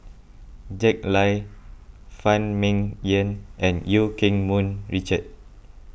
Jack Lai Phan Ming Yen and Eu Keng Mun Richard